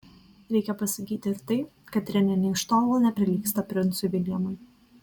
reikia pasakyti ir tai kad renė nė iš tolo neprilygsta princui viljamui